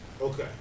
Okay